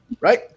right